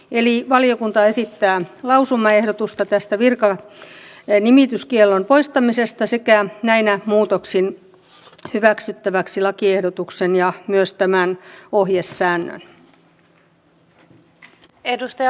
eli valiokunta esittää lausumaehdotusta tästä virkanimityskiellon poistamisesta sekä näillä muutoksin hyväksyttäväksi lakiehdotuksen ja myös tämän ohjesäännön